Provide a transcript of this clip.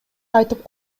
айтып